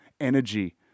energy